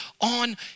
on